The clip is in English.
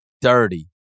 dirty